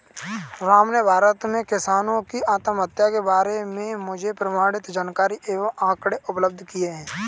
राम ने भारत में किसानों की आत्महत्या के बारे में मुझे प्रमाणित जानकारी एवं आंकड़े उपलब्ध किये